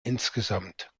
insgesamt